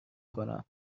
کنم